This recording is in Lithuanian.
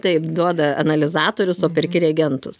taip duoda analizatorius o perki regentus